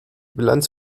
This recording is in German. bilanz